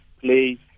play